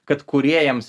kad kūrėjams